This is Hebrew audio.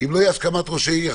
שאם לא תהיה הסכמת ראש העיר,